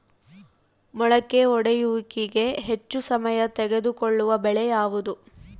ಮೊಳಕೆ ಒಡೆಯುವಿಕೆಗೆ ಹೆಚ್ಚು ಸಮಯ ತೆಗೆದುಕೊಳ್ಳುವ ಬೆಳೆ ಯಾವುದು?